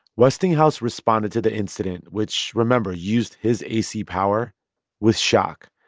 westinghouse responded to the incident which remember, used his ac power with shock.